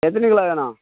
எத்தன்னி kilo வேணும்